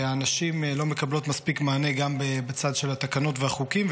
והנשים לא מקבלות מספיק מענה גם בצד של התקנות והחוקים,